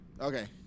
Okay